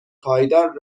پایدار